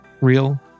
real